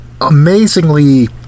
amazingly